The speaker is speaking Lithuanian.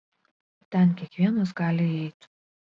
ten kiekvienas gali įeit